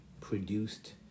produced